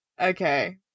Okay